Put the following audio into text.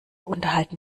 unterhalten